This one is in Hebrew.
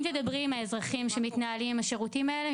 אם תדברי עם האזרחים שמנהלים עם השירותים האלה,